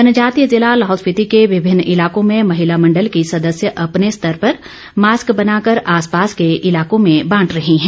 जनजातीय जिला लाहौल स्पीति के विभिन्न इलाकों में महिला मंडल की सदस्य अपने स्तर पर मास्क बनाकर आसपास के इलाकों में बांट रही हैं